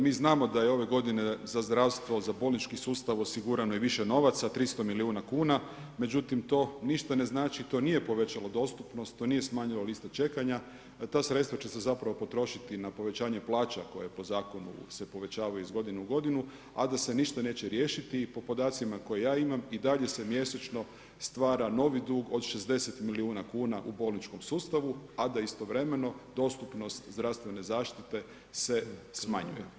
Mi znamo da je ove godine za zdravstvo za bolnički sustav osigurano i više novaca, 300 milijuna kuna, međutim to ništa ne znači, to nije povećalo dostupnost, to nije smanjilo liste čekanja, ta sredstva će se zapravo potrošiti na povećanje plaća koje po zakonu se povećavaju iz godine u godinu, a da se ništa neće riješiti i po podacima koje ja imam, i dalje se mjesečno stvara novi dug od 60 milijuna kuna u bolničkom sustavu, a da istovremeno dostupnost zdravstvene zaštite se smanjuje.